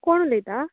कोण उलयता